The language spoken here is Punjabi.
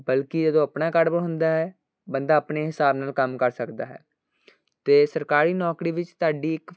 ਬਲਕਿ ਜਦੋਂ ਆਪਣਾ ਕਾੜੋਬਾ ਹੁੰਦਾ ਹੈ ਬੰਦਾ ਆਪਣੇ ਹਿਸਾਬ ਨਾਲ ਕੰਮ ਕਰ ਸਕਦਾ ਹੈ ਅਤੇ ਸਰਕਾਰੀ ਨੌਕਰੀ ਵਿੱਚ ਤੁਹਾਡੀ ਇੱਕ